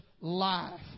life